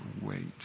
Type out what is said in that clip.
wait